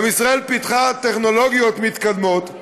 ישראל פיתחה טכנולוגיות מתקדמות,